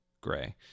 gray